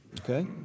Okay